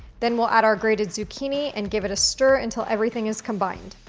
then we'll add our grated zucchini and give it a stir until everything is combined.